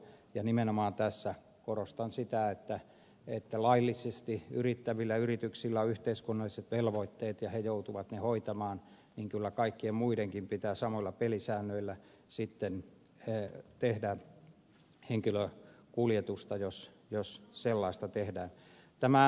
ja nimenomaan tässä korostan sitä että kun laillisesti yrittävillä yrityksillä on yhteiskunnalliset velvoitteet ja ne joutuvat ne hoitamaan niin kyllä kaikkien muidenkin pitää samoilla pelisäännöillä sitten tehdä henkilökuljetusta jos sellaista tehdään